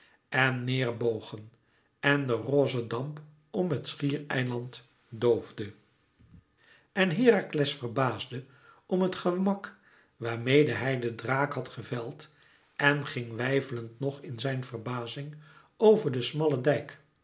en neêr bogen en de rosse damp om het schiereiland doofde en herakles verbaasde om het gemak waarmeê hij den draak had geveld en ging weifelend nog in zijn verbazing over den smallen dijk